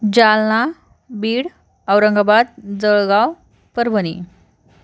Jalna Beed Aurangabad Jalgaon Parbhani